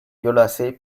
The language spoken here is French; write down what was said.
violacé